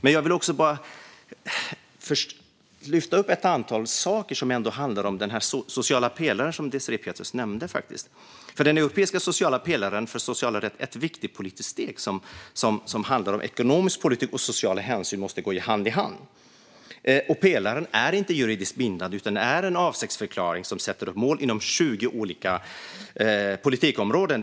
Låt mig först lyfta upp ett antal saker som ändå handlar om den sociala pelaren, som Désirée Pethrus nämnde. Den europeiska sociala pelaren är ett viktigt politiskt steg som handlar om att ekonomisk politik och sociala hänsyn måste gå hand i hand. Pelaren är inte juridiskt bindande utan är en avsiktsförklaring som sätter upp mål inom 20 olika politikområden.